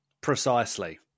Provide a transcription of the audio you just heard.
precisely